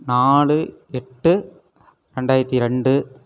நாலு எட்டு ரெண்டாயிரத்தி ரெண்டு